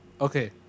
okay